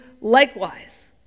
likewise